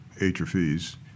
atrophies